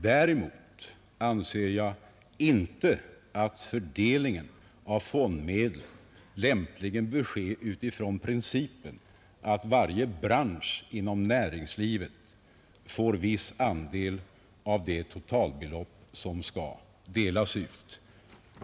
Däremot anser jag inte att fördelningen av fondmedlen lämpligen bör ske utifrån principen att varje bransch inom näringslivet får viss andel av det totalbelopp som skall delas ut.